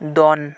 ᱫᱚᱱ